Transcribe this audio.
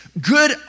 good